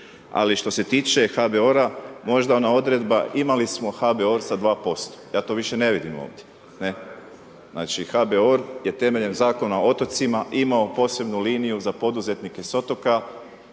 Ali, što se tiče HBOR-a, možda ona odredba, imali smo HBOR sa 2%. Ja sada više ne vidim ovdje, ne. Znači HBOR je temeljem Zakona o otocima imao posebnu liniju za poduzetnike s otoka